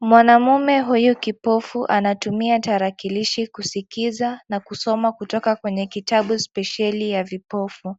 Mwanamume huyu kipofu anatumia tarakilishi kusikiza na kusoma kutoka kwenye kitabu spesheli ya vipofu,